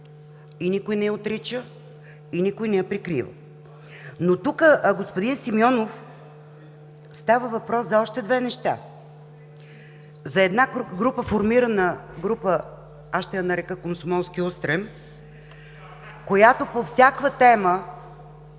и никой не я отрича, и никой не я прикрива. Но тук, господин Симеонов, става въпрос за още две неща: за една група, формирана група – ще я нарека „Комсомолски устрем“, която е готова да